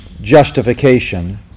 justification